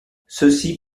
ceci